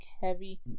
heavy